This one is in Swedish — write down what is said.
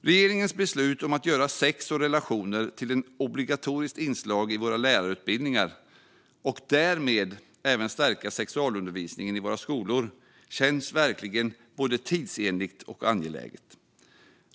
Regeringens beslut om att göra sex och relationer till ett obligatoriskt inslag i våra lärarutbildningar och därmed även stärka sexualundervisningen i våra skolor känns verkligen både tidsenligt och angeläget.